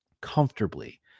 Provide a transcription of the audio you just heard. comfortably